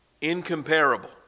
incomparable